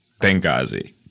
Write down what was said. Benghazi